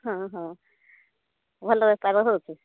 ହଁ ହଁ ହଉ ଭଲ ବେପାର ହେଉଛି